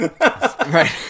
Right